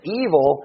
evil